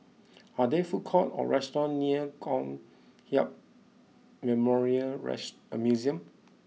are there food courts or restaurants near Kong Hiap Memorial rest Museum